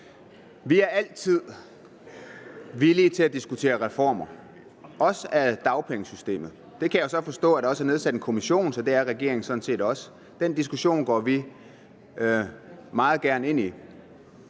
Vi er altid villige til at diskutere reformer – også af dagpengesystemet. Det kan jeg forstå der også er nedsat en kommission om, så det er regeringen sådan set også villig til. Den diskussion går vi meget gerne ind i.